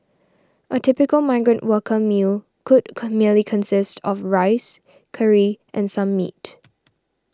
a typical migrant worker meal could come merely consist of rice curry and some meat